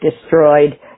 destroyed